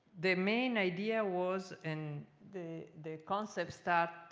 the main idea was and the the concept start,